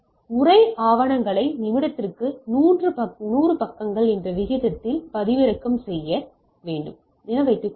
உரை ஆவணங்களை நிமிடத்திற்கு 100 பக்கங்கள் என்ற விகிதத்தில் பதிவிறக்கம் செய்ய வேண்டும் என்று வைத்துக் கொள்ளுங்கள்